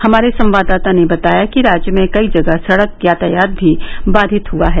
हमारे संवाददाता ने बताया कि राज्य में कई जगह सड़क यातायात भी बाधित हुआ है